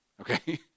okay